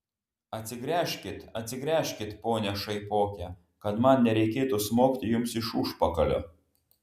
atsigręžkit atsigręžkit pone šaipoke kad man nereikėtų smogti jums iš užpakalio